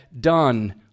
done